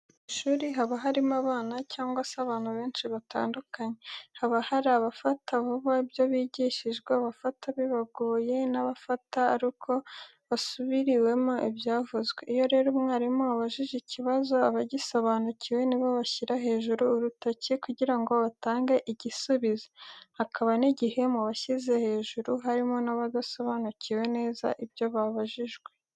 Mu ishuri haba harimo abana cyangwa se abantu benshi batandukanye. Haba hari abafata vuba ibyo bigishijwe, abafata bibagoye n'abafata ari uko basubiriwemo ibyavuzwe. Iyo rero umwarimu abajije ikibazo abagisobanukiwe nibo bashyira hejuru urutoki kugira ngo batange igisubizo, hakaba n'igihe mu bashyize hejuru harimo n'abadasobanukiwe neza ibyo babajijwe.